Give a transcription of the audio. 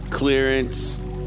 clearance